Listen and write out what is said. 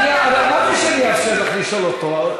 אמרתי שאני אאפשר לך לשאול אותו,